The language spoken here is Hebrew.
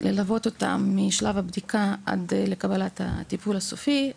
ללוות אותם משלב הבדיקה עד קבלת הטיפול הסופי.